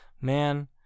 man